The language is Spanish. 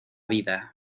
vida